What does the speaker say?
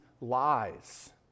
lies